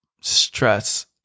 stress